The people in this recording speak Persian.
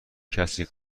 کسی